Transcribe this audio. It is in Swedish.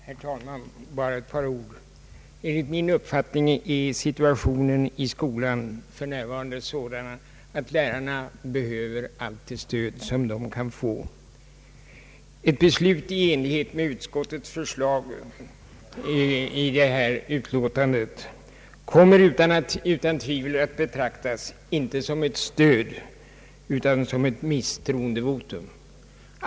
Herr talman! Jag skall bara yttra några ord. Enligt min uppfattning är situationen i skolan för närvarande sådan att lärarna behöver allt det stöd de kan få. Ett beslut i enlighet med utskottets hemställan i detta utlåtande kommer utan tvekan av lärarna att betraktas inte som ett stöd utan som ett misstroendevotum.